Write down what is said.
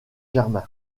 germain